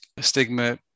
stigma